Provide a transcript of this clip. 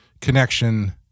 connection